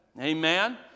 amen